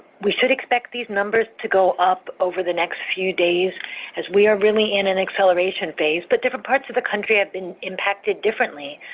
we should expect these numbers to go up over the next few days as we are really in an acceleration phase, says but different parts of the country have been impacted differently.